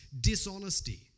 dishonesty